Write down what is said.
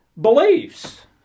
beliefs